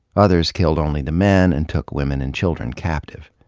others killed only the men and took women and children captive.